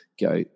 go